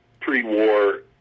pre-war